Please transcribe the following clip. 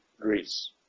Greece